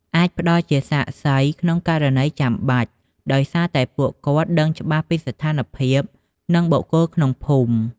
អាចផ្តល់ជាសាក្សីក្នុងករណីចាំបាច់ដោយសារតែពួកគាត់ដឹងច្បាស់ពីស្ថានភាពនិងបុគ្គលក្នុងភូមិ។